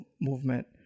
movement